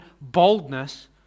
boldness